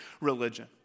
Religion